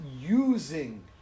using